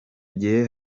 gihe